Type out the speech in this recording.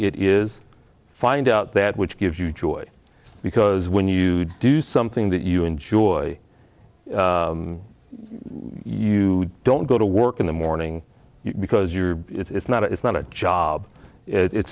it is find out that which gives you joy because when you do something that you enjoy you don't go to work in the morning because you're it's not it's not a job it's